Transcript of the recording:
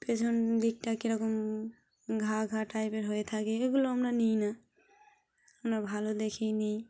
পেছন দিকটা কীরকম ঘা ঘা টাইপের হয়ে থাকে এগুলো আমরা নিই না আমরা ভালো দেখেই নিই